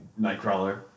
Nightcrawler